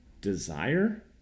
desire